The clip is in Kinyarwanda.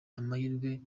amahirwe